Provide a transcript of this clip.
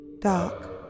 dark